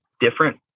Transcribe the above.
different